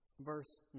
verse